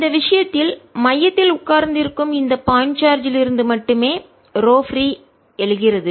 இந்த விஷயத்தில் மையத்தில் உட்கார்ந்திருக்கும் இந்த பாயிண்ட் சார்ஜ் லிருந்து மட்டுமே ரோ பிரீ எழுகிறது